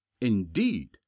indeed